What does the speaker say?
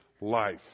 life